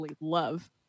love